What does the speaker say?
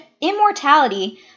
immortality